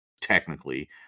technically